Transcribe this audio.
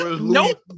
Nope